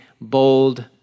bold